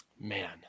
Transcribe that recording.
Man